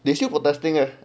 they still protesting leh